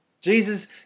Jesus